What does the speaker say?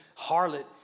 harlot